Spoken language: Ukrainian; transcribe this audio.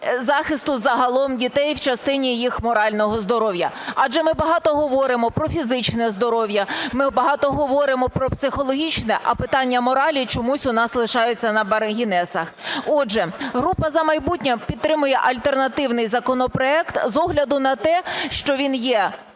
захисту загалом дітей в частині їх морального здоров'я, адже ми багато говоримо про фізичне здоров'я, ми багато говоримо про психологічне, а питання моралі чомусь у нас лишаються на … (Не чути) . Отже, група "За майбутнє" підтримує альтернативний законопроект з огляду на те, що він є